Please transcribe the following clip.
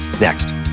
next